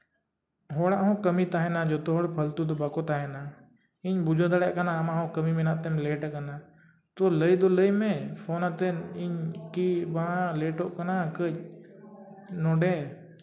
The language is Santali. ᱦᱚᱲᱟᱜ ᱦᱚᱸ ᱠᱟᱹᱢᱤ ᱛᱟᱦᱮᱱᱟ ᱡᱚᱛᱚ ᱦᱚᱲ ᱯᱷᱟᱹᱞᱛᱩ ᱫᱚ ᱵᱟᱠᱚ ᱛᱟᱦᱮᱱᱟ ᱤᱧ ᱵᱩᱡᱷᱟᱹᱣ ᱫᱟᱲᱮᱭᱟᱜ ᱠᱟᱱᱟ ᱟᱢᱟᱜ ᱦᱚᱸ ᱠᱟᱹᱢᱤ ᱢᱮᱱᱟᱜ ᱛᱮᱢ ᱞᱮᱴ ᱟᱠᱟᱱᱟ ᱛᱳ ᱞᱟᱹᱭ ᱫᱚ ᱞᱟᱹᱭ ᱢᱮ ᱯᱷᱳᱱ ᱠᱟᱛᱮ ᱤᱧ ᱠᱤ ᱢᱟ ᱞᱮᱴᱚᱜ ᱠᱟᱱᱟ ᱠᱟᱹᱡ ᱱᱚᱰᱮ